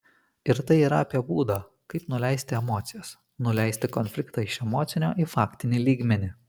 ir tai yra apie būdą kaip nuleisti emocijas nuleisti konfliktą iš emocinio į faktinį lygmenį